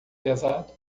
pesado